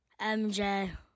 MJ